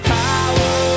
power